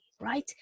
right